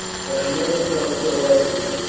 but i never felt so afterwards.